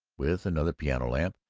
with another piano-lamp,